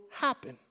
happen